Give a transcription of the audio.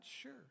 sure